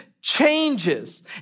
changes